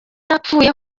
yapfuye